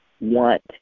want –